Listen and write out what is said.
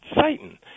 Satan